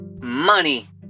money